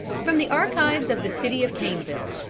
from the archives of the city of caneville,